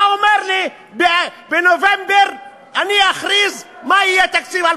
אתה אומר לי: בנובמבר אני אכריז מה יהיה תקציב,